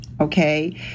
Okay